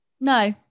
No